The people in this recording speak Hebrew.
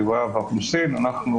האוכלוסין וההגירה.